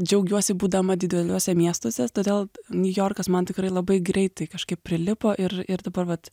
džiaugiuosi būdama dideliuose miestuose todėl niujorkas man tikrai labai greitai kažkaip prilipo ir ir dabar vat